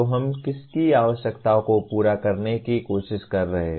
तो हम किसकी आवश्यकताओं को पूरा करने की कोशिश कर रहे हैं